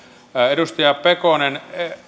edustaja pekonen